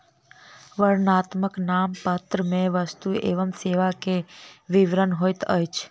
वर्णनात्मक नामपत्र पर वस्तु एवं सेवा कर के विवरण होइत अछि